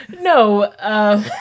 No